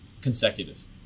Consecutive